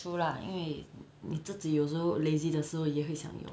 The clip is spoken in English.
true lah 因为你自己有时候 lazy 的时候也会想用